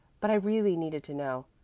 but i really needed to know.